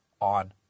on